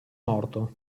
morto